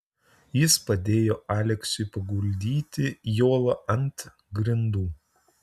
jis padėjo aleksiui paguldyti jolą ant grindų